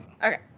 Okay